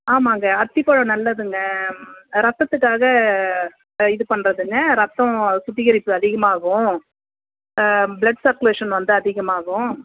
ஆமாங்க அத்திப்பழம் நல்லதுங்க இரத்தத்துக்காக இது பண்ணுறதுங்க இரத்தம் சுத்திகரிப்பு அதிகமாகும் ப்ளட் சர்க்குலேஷன் வந்து அதிகமாகும்